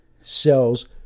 cells